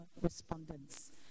respondents